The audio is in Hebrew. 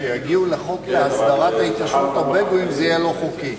כשיגיעו לחוק להסדרת התיישבות הבדואים זה יהיה לא חוקי.